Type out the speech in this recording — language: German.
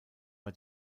bei